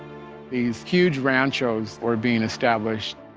these huge ranch oaks were being established,